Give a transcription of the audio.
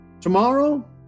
Tomorrow